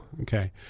Okay